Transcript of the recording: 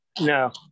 no